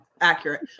accurate